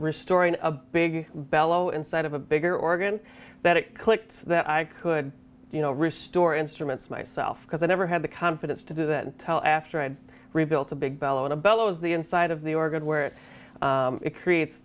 restoring a big bellow inside of a bigger organ that it clicked that i could you know restore instruments myself because i never had the confidence to do that until after i had rebuilt a big bellow in a bellows the inside of the organ where it creates